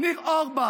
ניר אורבך,